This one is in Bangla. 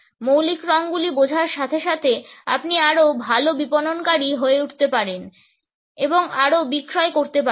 মৌলিক রঙগুলি বোঝার সাথে আপনি আরও ভাল বিপণনকারী হয়ে উঠতে পারেন এবং আরও বিক্রয় করতে পারেন